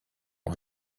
one